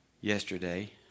Yesterday